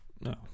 No